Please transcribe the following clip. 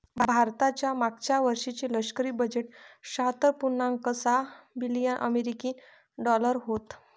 भारताचं मागच्या वर्षीचे लष्करी बजेट शहात्तर पुर्णांक सहा बिलियन अमेरिकी डॉलर होतं